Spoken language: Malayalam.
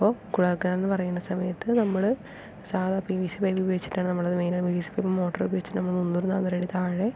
അപ്പോൾ കുഴൽ കിണറിൽനിന്ന് പറയുന്ന സമയത്ത് നമ്മൾ സാധാ പി വി സി പൈപ്പ് ഉപയോഗിച്ചിട്ടാണ് നമ്മളത് മെയിനായിട്ട് പി വി സി മോട്ടർ ഉപയോഗിച്ചിട്ട് നമ്മൾ മുന്നൂറ് നാന്നൂറ് അടി താഴെ